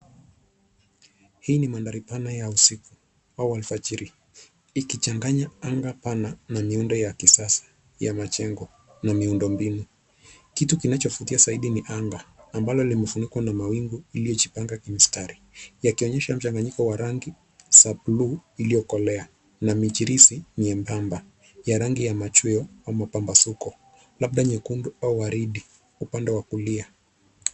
Hii ni mandhari pana ya usiku, au alfajiri ikichanganya anga pana na miundo ya kisasa ya majengo na miundo mbinu. Kitu kinachovutia zaidi ni anga ambalo limefunikwa na mawingu iliyojipanga kimistari yakionyesha mchanganyiko wa rangi za buluu iliyokolea na michirizi miembamba ya rangi ya machweo ama pambazuko, labda nyekundu au waridi upande wa kulia.